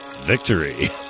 victory